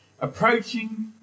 approaching